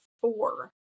four